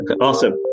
awesome